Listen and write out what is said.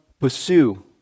pursue